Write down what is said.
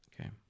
Okay